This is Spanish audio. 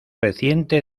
reciente